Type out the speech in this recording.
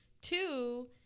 Two